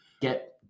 get